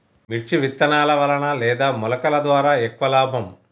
మిర్చి విత్తనాల వలన లేదా మొలకల ద్వారా ఎక్కువ లాభం?